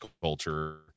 culture